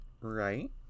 Right